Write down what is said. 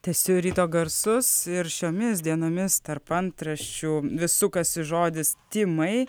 tęsiu ryto garsus ir šiomis dienomis tarp antraščių vis sukasi žodis tymai